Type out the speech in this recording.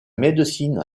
médecine